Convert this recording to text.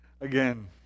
again